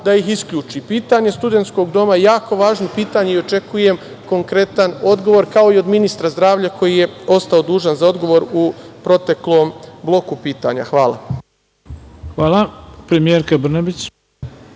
da ih isključi. Pitanje studentskog doma je jako važno pitanje i očekujem konkretan odgovor, kao i od ministra zdravlja koji je ostao dužan za odgovor u proteklom bloku pitanja. Hvala. **Ivica Dačić**